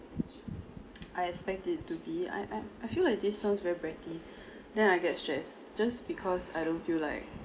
I expect it to be I I I feel like this sounds very bratty then I get stress just because I don't feel like